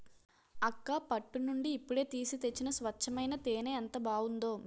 అక్కా పట్టు నుండి ఇప్పుడే తీసి తెచ్చిన స్వచ్చమైన తేనే ఎంత బావుందో